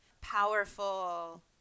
powerful